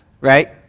right